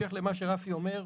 בהמשך למה שרפי אומר,